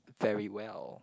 very well